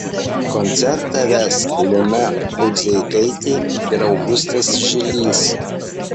koncertą ves lina budzeikaitė ir augustas žilys